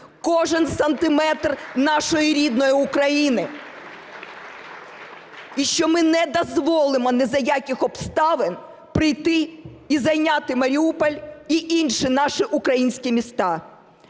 кожен сантиметр нашої рідної України, і що ми не дозволимо ні за яких обставин прийти і зайняти Маріуполь і інші наші українські міста.